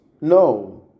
No